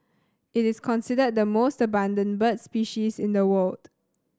it is considered the most abundant bird species in the world